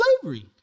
slavery